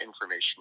information